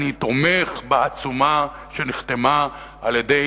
בעצומה שנחתמה על-ידי